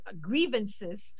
grievances